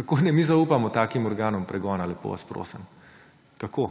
Kako naj mi zaupamo takim organom pregona? Lepo vas prosim! Kako?